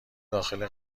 داخل